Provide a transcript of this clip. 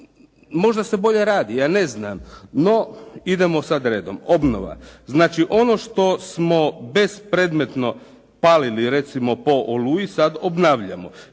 Možda se bolje radi, ja ne znam. No idemo sad redom. Obnova, znači ono što smo bespredmetno palili recimo po Oluji, sad obnavljamo.